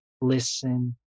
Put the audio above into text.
listen